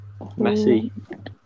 Messi